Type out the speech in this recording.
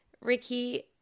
Ricky